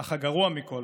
אך הגרוע מכול